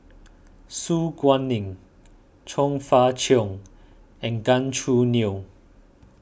Su Guaning Chong Fah Cheong and Gan Choo Neo